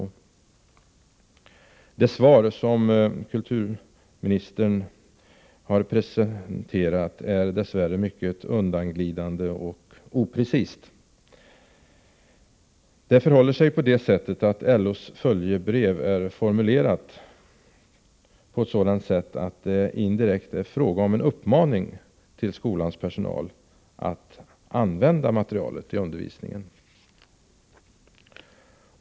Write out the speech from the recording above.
Det svar som statsrådet Göransson har presenterat är dess värre mycket undanglidande och oprecist. LO:s följebrev är formulerat på ett sådant sätt att det indirekt är fråga om en uppmaning till skolans personal att använda materialet i undervisningen.